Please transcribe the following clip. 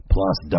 Plus